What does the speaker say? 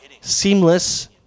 seamless